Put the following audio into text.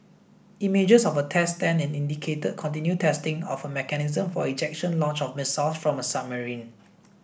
images of a test stand indicated continued testing of a mechanism for ejection launch of missiles from a submarine